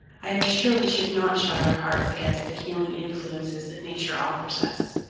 i am sure we should not shut our hearts against the healing influences that nature offers us.